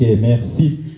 merci